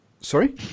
Sorry